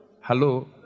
Hello